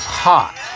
hot